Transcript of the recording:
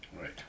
Right